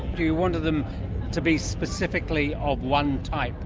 you wanted them to be specifically of one type.